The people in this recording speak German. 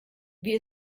wie